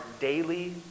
daily